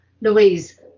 Louise